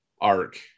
arc